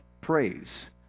praise